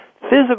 Physical